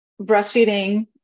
breastfeeding